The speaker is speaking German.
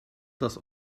das